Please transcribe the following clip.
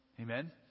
Amen